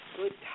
good